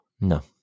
no